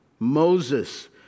Moses